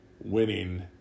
winning